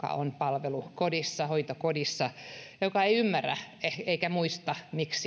on palvelukodissa hoitokodissa ja joka ei ymmärrä eikä muista